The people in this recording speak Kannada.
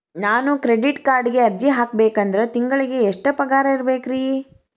ನಾನು ಕ್ರೆಡಿಟ್ ಕಾರ್ಡ್ಗೆ ಅರ್ಜಿ ಹಾಕ್ಬೇಕಂದ್ರ ತಿಂಗಳಿಗೆ ಎಷ್ಟ ಪಗಾರ್ ಇರ್ಬೆಕ್ರಿ?